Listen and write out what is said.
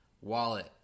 wallet